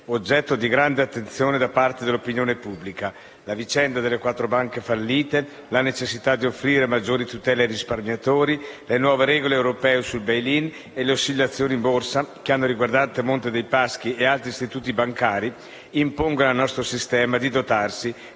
oggetto di grande attenzione da parte dell'opinione pubblica. La vicenda delle quattro banche fallite, la necessità di offrire maggiori tutele ai risparmiatori, le nuove regole europee sul *bail in* e le oscillazioni in borsa che hanno riguardato il Monte dei Paschi di Siena e altri istituti bancari impongono al nostro sistema di dotarsi